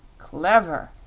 clever!